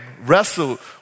wrestled